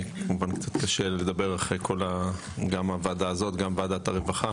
כמובן שקשה קצת לדבר גם אחרי הוועדה הזו וגם אחרי ועדת הרווחה.